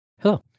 Hello